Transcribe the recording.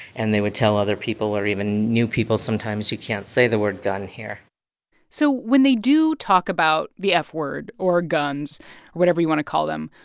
and they would tell other people or even new people sometimes, you can't say the word gun here so when they do talk about the f-word or guns or whatever you want to call them,